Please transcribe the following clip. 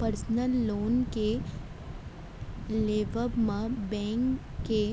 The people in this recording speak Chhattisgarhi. परसनल लोन के लेवब म बेंक के